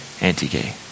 anti-gay